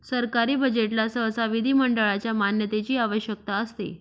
सरकारी बजेटला सहसा विधिमंडळाच्या मान्यतेची आवश्यकता असते